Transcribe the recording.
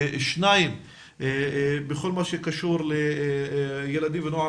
הנושא השני הוא כל מה שקשור לילדים ונוער